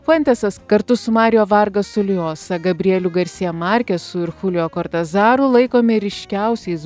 fuentesas kartu su marijo vargasu ljosa gabrieliu garsija markesu ir chulijo kortazaru laikomi ryškiausiais